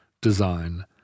design